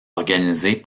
organisées